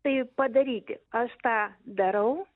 tai padaryti aš tą darau